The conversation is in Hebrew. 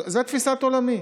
זו תפיסת עולמי.